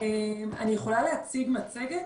אני יכולה להציג מצגת?